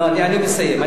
אני מסיים.